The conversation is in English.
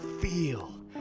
feel